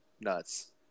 nuts